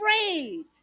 afraid